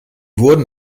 wurden